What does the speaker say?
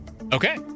Okay